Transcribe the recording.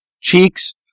cheeks